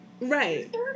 Right